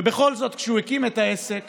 ובכל זאת, כשהוא הקים את העסק